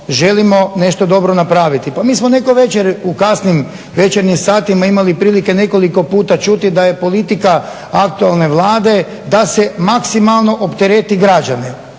želimo nešto dobro napraviti. Pa mi smo neko večer u kasnim večernjim satima imali prilike nekoliko puta čuti da je politika aktualne Vlade da se maksimalno optereti građane,